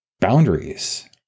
boundaries